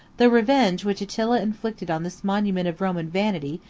the revenge which attila inflicted on this monument of roman vanity,